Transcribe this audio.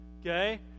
okay